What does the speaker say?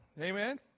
Amen